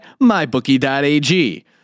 MyBookie.ag